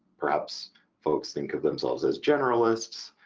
perhaps folks think of themselves as generalists?